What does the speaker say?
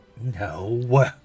No